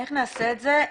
איך נעשה את זה?